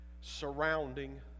surrounding